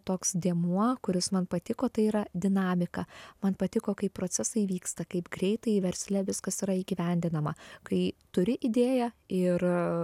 toks dėmuo kuris man patiko tai yra dinamika man patiko kaip procesai vyksta kaip greitai versle viskas yra įgyvendinama kai turi idėją ir